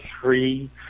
three